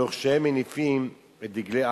תוך שהם מניפים את דגלי אש"ף.